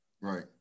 Right